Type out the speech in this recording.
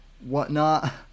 whatnot